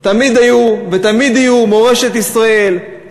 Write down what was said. תמיד היו ותמיד יהיו מורשת ישראל,